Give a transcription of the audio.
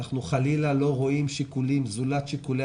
אנחנו חלילה לא רואים לנגד עינינו שיקולים זולת שיקולי